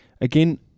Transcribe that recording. again